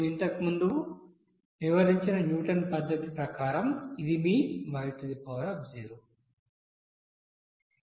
మేము ఇంతకు ముందు వివరించిన న్యూటన్ పద్ధతి ప్రకారం ఇది మీ y